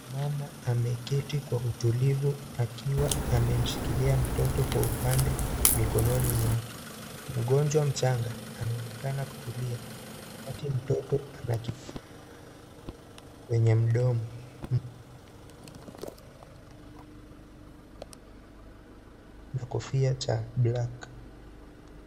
Mama ameketi kwa utulivu akiwa amemshikilia mtoto kwa upande mikononi mwake. Mgonjwa mchanga ameonekana kutulia. Wakati mtoto anakifaa kwenye mdomo na kofia cha black .